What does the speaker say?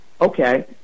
Okay